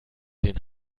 den